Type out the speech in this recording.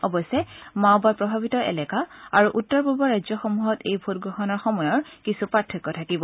অৱশ্যে মাওবাদ প্ৰভাৱিত এলেকা আৰু উত্তৰ পূৱৰ ৰাজ্যসমূহত এই ভোটগ্ৰহণৰ সময়ৰ কিছু পাৰ্থক্য থাকিব